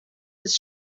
his